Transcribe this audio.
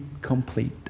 complete